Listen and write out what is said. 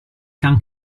can